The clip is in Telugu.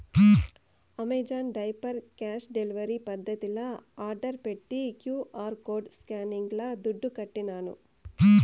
అమెజాన్ డైపర్ క్యాష్ డెలివరీ పద్దతిల ఆర్డర్ పెట్టి క్యూ.ఆర్ కోడ్ స్కానింగ్ల దుడ్లుకట్టినాను